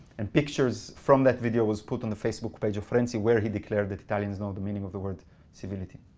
and pictures from that video was put on the facebook page of renzi, where he declared that italians know the meaning of the word civility.